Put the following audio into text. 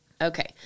Okay